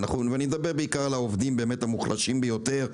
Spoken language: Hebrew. ואני מדבר בעיקר על העובדים המוחלשים ביותר,